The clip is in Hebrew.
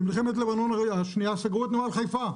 במלחמת לבנון השנייה סגרו את נמל חיפה,